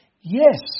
Yes